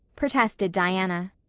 protested diana.